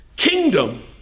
Kingdom